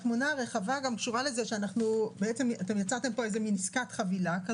התמונה הרחבה גם קשורה לזה שאתם יצרתם פה מעין עסקת חבילה,